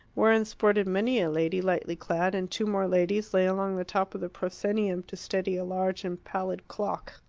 wherein sported many a lady lightly clad, and two more ladies lay along the top of the proscenium to steady a large and pallid clock.